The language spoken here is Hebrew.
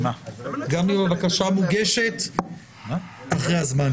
גם אם הבקשה מוגשת אחרי הזמן.